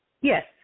Yes